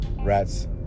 rats